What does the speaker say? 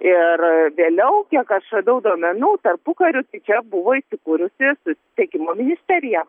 ir vėliau kiek aš radau duomenų tarpukariu čia buvo įsikūrusi susisiekimo ministerija